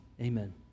Amen